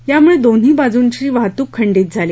यामुळे दोन्ही बाजूच्या वाहतूक खंडीत झाली